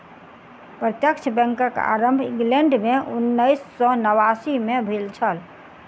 प्रत्यक्ष बैंकक आरम्भ इंग्लैंड मे उन्नैस सौ नवासी मे भेल छल